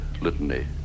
litany